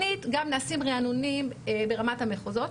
שנית, נעשים גם ריענונים ברמת המחוזות.